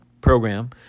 program